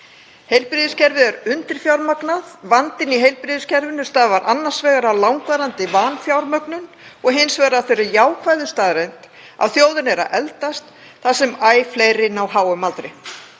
Heilbrigðiskerfið er undirfjármagnað. Vandinn í heilbrigðiskerfinu stafar annars vegar af langvarandi vanfjármögnun og hins vegar af þeirri jákvæðu staðreynd að þjóðin er að eldast, þar sem æ fleiri ná háum aldri.